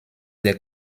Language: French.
des